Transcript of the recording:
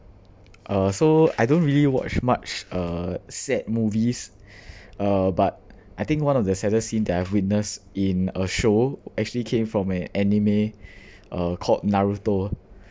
uh so I don't really watch much uh sad movies uh but I think one of the saddest scene that I have witnessed in a show actually came from an anime uh called naruto